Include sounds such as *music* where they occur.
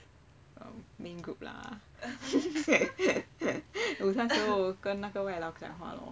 um main group lah *laughs* 午餐时候我跟那个外劳讲话 lor